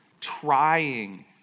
trying